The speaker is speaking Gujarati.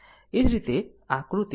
એ જ રીતે આકૃતિ b r i3 6